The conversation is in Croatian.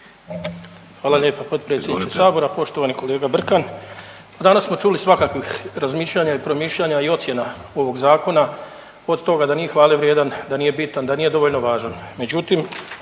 Hvala lijepo potpredsjedniče sabora. Poštovani kolega Brkan, danas smo čuli svakakvih razmišljanja i promišljanja i ocjena ovog zakona od toga da nije hvale vrijedan, da nije bitan, da nije dovoljno važan,